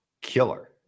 Killer